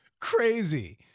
crazy